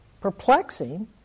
perplexing